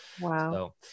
Wow